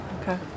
Okay